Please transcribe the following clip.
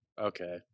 Okay